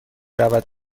رود